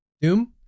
Doom